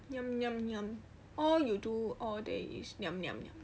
niam niam niam all you do all day is niam niam niam